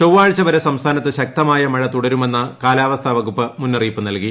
ചൊവ്വാഴ്ച വരെ സംസ്ഥാനത്ത് ശക്തമായ മഴ തുടരുമെന്ന് കാലാവസ്ഥ വകുപ്പ് മുന്നറിയിപ്പ് നൽകി